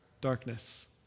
Darkness